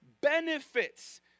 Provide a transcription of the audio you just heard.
benefits